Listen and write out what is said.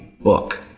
book